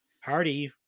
Hardy